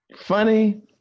funny